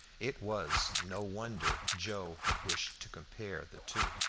it was no wonder joe had wished to compare the two.